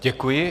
Děkuji.